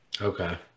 Okay